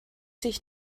sich